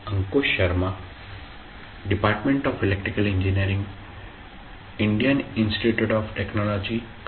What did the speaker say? नमस्कार